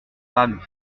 femme